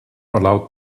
allowed